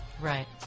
Right